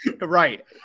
Right